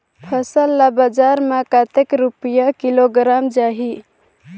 फसल ला बजार मां कतेक रुपिया किलोग्राम जाही?